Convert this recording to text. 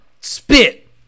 Spit